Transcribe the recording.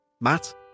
Matt